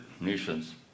nations